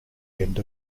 end